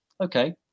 Okay